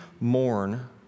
mourn